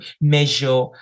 measure